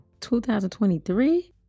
2023